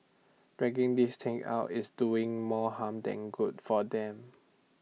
dragging this thing out is doing more harm than good for them